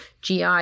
GI